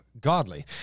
godly